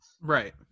Right